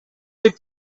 with